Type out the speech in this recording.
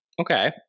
Okay